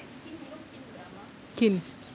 kim's